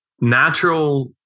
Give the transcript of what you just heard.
natural